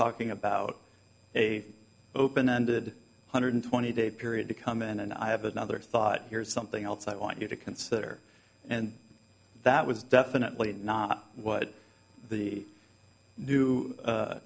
talking about a open ended one hundred twenty day period to come in and i have another thought here's something else i want you to consider and that was definitely not what the